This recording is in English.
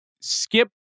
skip